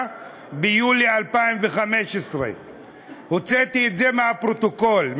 ביולי 2015. הוצאתי את זה מהפרוטוקול.